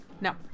No